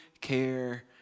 care